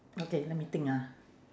okay let me think ah